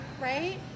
right